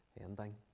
ending